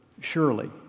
surely